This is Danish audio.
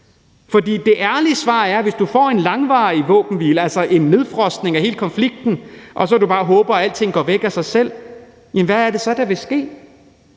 livet fantastisk. For hvis du får en langvarig våbenhvile, altså en nedfrysning af hele konflikten, og så bare håber, at alting går væk af sig selv, hvad er det så, der vil ske?